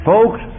Folks